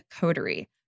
Coterie